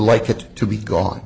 like it to be gone